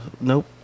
nope